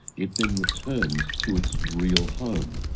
it then returns to it's real home.